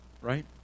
right